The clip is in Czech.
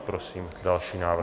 Prosím další návrh.